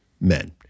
men